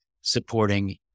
supporting